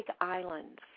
Islands